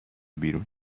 بیرون